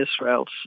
Israel's